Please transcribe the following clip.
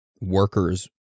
workers